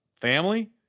family